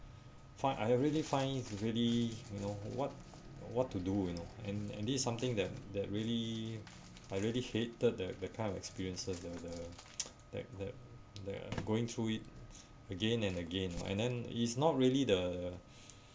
find I really find it really you know what what to do you know and and this something that that really I really hated the the kind of experiences the the that that the uh going through it again and again and then it's not really the